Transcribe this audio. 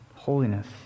Holiness